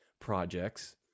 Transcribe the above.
projects